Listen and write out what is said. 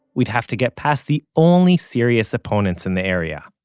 we'd have to get past the only serious opponents in the area.